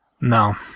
No